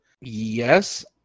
Yes